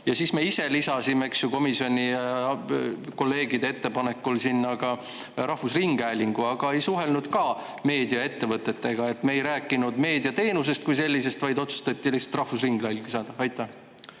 Ja siis me ise lisasime komisjonis kolleegide ettepanekul sinna rahvusringhäälingu, aga ka ei suhelnud meediaettevõtetega. Ei räägitud meediateenusest kui sellisest, vaid otsustati lihtsalt rahvusringhääling lisada. Aitäh!